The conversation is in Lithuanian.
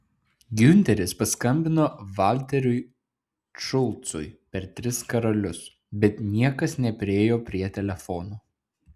giunteris paskambino valteriui šulcui per tris karalius bet niekas nepriėjo prie telefono